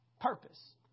Purpose